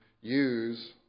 use